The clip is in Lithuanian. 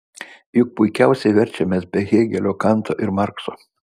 juk puikiausiai verčiamės be hėgelio kanto ir markso